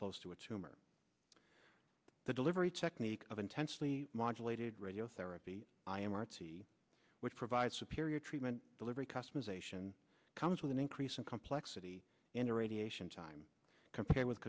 close to a tumor the delivery technique of intensely modulated radiotherapy i am artsy which provides superior treatment delivery customization comes with an increase in complexity in the radiation time compared with